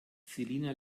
selina